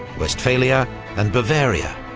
westphalia and bavaria,